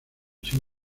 sin